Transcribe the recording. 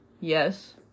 Yes